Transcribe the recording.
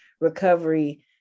recovery